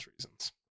reasons